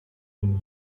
and